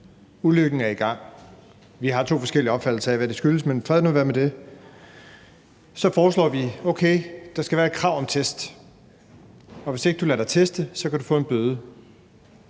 ulykken er i gang. Vi har to forskellige opfattelser af, hvad det skyldes, men fred nu være med det. Så foreslår vi: Okay, der skal være et krav om test, og hvis ikke du lader dig teste, kan du få en bøde.